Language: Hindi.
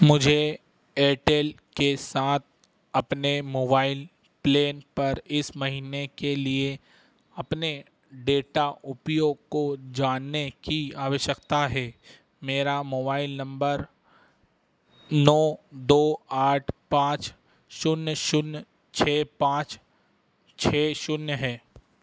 मुझे एयरटेल के साथ अपने मोबाइल प्लान पर इस महीने के लिए अपने डेटा उपयोग को जानने की आवश्यकता है मेरा मोबाइल नंबर नौ दो आठ पाँच शून्य शून्य छः पाँच छः शून्य है